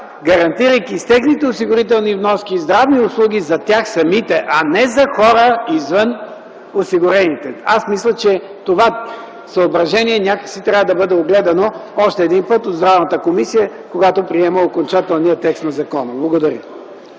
гарантирайки техните осигурителни вноски и здравни услуги за тях самите, а не за хора, извън осигурените. Аз мисля, че това съображение някак си трябва да бъде огледано още един път от Здравната комисия, когато приема окончателния текст на закона. Благодаря.